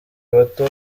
bato